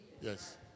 Yes